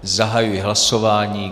Zahajuji hlasování.